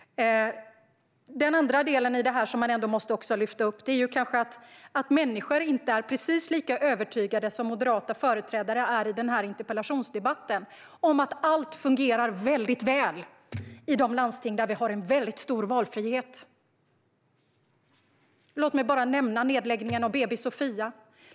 Den andra delen i detta som jag också måste lyfta fram är att människor kanske inte är precis lika övertygade som moderata företrädare i denna interpellationsdebatt om att allt fungerar väldigt väl i de landsting där vi har en mycket stor valfrihet. Låt mig bara nämna nedläggningen av BB Sophia.